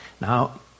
Now